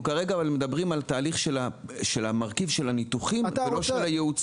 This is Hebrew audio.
אנחנו כרגע מדברים על תהליך של המרכיב של הניתוחים ולא של הייעוץ.